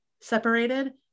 separated